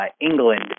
England